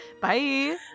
Bye